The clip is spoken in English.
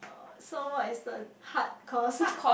so what is the hard course